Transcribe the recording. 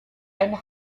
and